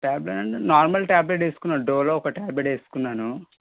tablets అంటే normal tablet వేసుకున్నాను డోలో ఒక ట్యాబ్లెట్ వేసుకున్నాను